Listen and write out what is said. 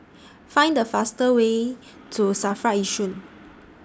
Find The faster Way to SAFRA Yishun